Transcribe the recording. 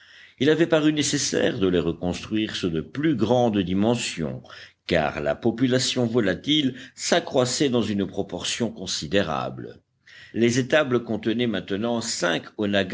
il avait paru nécessaire de les reconstruire sur de plus grandes dimensions car la population volatile s'accroissait dans une proportion considérable les étables contenaient maintenant cinq